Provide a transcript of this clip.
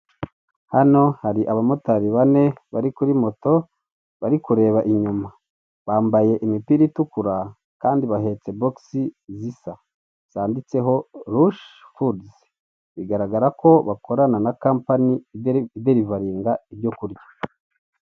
Hano hari abamotari bane bari kuri moto bari kureba inyuma bambaye imipira itukura kandi bahetse boxi zisa zanditseho ruush furds bigaragara ko bakorana na companiy iderevalinga ibyo kurya.